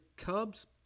Cubs